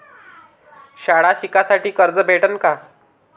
शाळा शिकासाठी कर्ज भेटन का?